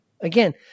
Again